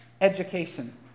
education